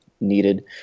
needed